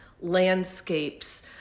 landscapes